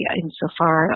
insofar